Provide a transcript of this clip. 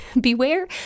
beware